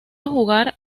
jugar